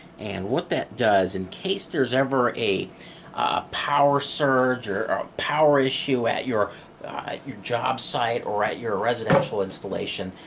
and what that does, in case there's ever a power surge or a power issue at your your job site or at your residential installation,